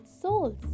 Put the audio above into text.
souls